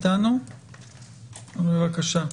בבקשה.